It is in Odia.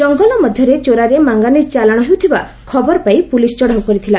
ଜଙ୍ଙଲ ମଧ୍ଧରେ ଚୋରାରେ ମାଙ୍ଙାନିଜ୍ ଚାଲାଶ ହେଉଥିବା ଖବର ପାଇ ପୁଲିସ୍ ଚଢ଼ାଉ କରିଥିଲା